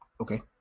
Okay